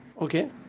Okay